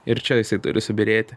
ir čia jisai turi subyrėti